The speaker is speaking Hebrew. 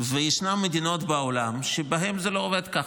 שישנן מדינות בעולם שבהן זה לא עובד ככה.